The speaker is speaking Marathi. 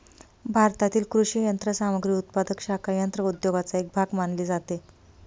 भारतातील कृषी यंत्रसामग्री उत्पादक शाखा यंत्र उद्योगाचा एक भाग मानली जाते